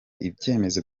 ibyemezo